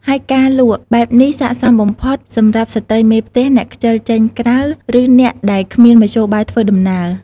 ហើយការលក់បែបនេះស័ក្តិសមបំផុតសម្រាប់ស្ត្រីមេផ្ទះ អ្នកខ្ជិលចេញក្រៅ ឬអ្នកដែលគ្មានមធ្យោបាយធ្វើដំណើរ។